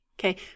Okay